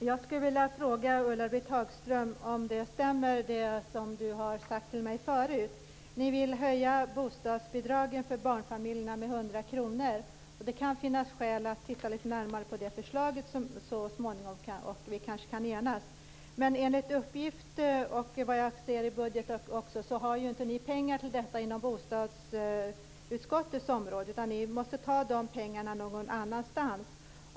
Herr talman! Jag vill fråga Ulla-Britt Hagström om det hon sagt tidigare stämmer. Ni vill höja bostadsbidraget för barnfamiljerna med 100 kr. Det kan finnas skäl att titta lite närmare på det förslaget så småningom, och vi kanske kan enas. Men enligt uppgift, och vad jag kan läsa i budgeten, har ni inte pengar till detta inom bostadsutskottets område. Ni måste ta de pengarna någon annanstans.